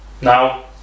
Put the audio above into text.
Now